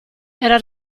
era